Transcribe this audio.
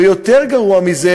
ויותר גרוע מזה,